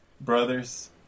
Brothers